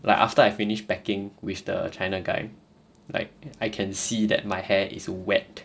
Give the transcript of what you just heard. like after I finished packing with the china guy like I can see that my hair is wet